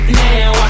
now